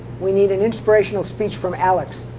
we need an inspirational speech from alex.